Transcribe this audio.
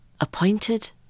appointed